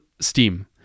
steam